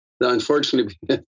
Unfortunately